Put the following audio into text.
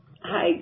Hi